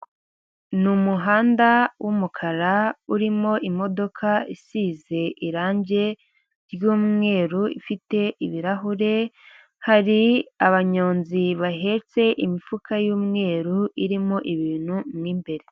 Ni umuhanda w'umukara urimo imodoka isize irangi ry'umweru ifite ibirahure, hari abanyonzi bahetse imifuka y'umweru irimo ibintu mo imbere.